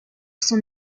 son